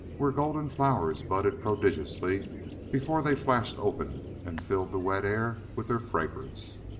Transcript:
where golden flowers budded prodigiously before they flashed open and filled the wet air with their fragrance.